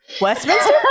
Westminster